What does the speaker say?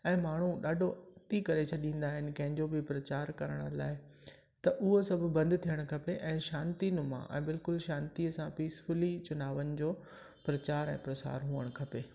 ऐं माण्हू ॾाढो अती करे छॾींदा आहिनि कंहिंजो बि प्रचार करण लाइ त उहो सभु बंदि थियणु खपे ऐं शांतिनूमा ऐं बिल्कुलु शांतीअ सां पीसफूली चुनावनि जो प्रचार ऐं प्रसार हुअणु खपे